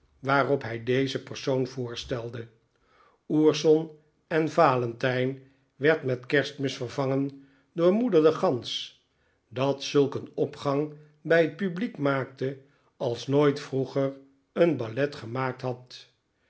waarop hij dezen persoon voorstelde ourson en valentijn werd met kerstmis vervangen door moeder de gans dat zulk een opgang bij het publiek maakte als nooit vroeger een ballet gemaakt had